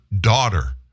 daughter